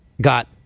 got